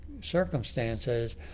circumstances